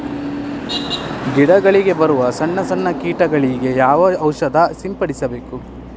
ಗಿಡಗಳಿಗೆ ಬರುವ ಸಣ್ಣ ಸಣ್ಣ ಕೀಟಗಳಿಗೆ ಯಾವ ಔಷಧ ಸಿಂಪಡಿಸಬೇಕು?